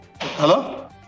Hello